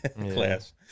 class